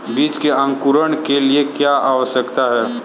बीज के अंकुरण के लिए क्या आवश्यक है?